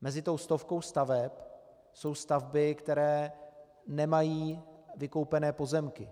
Mezi tou stovkou staveb jsou stavby, které nemají vykoupené pozemky.